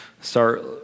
start